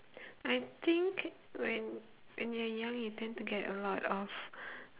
I think when when you're young you tend to get a lot of